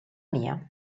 mia